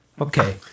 okay